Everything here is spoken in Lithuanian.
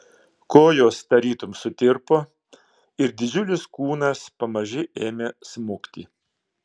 kojos tarytum sutirpo ir didžiulis kūnas pamaži ėmė smukti